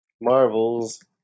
Marvel's